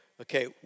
okay